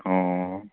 অঁ